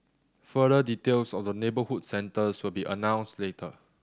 further details of the neighbourhood centres will be announced later